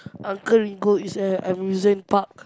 Uncle-Ringo is an amusement park